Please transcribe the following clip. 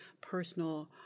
personal